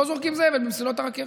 לא זורקים זבל במסילות הרכבת.